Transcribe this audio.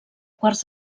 quarts